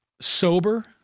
sober